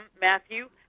Matthew